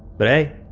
but, hey,